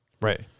Right